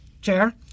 chair